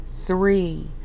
Three